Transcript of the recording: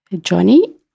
Johnny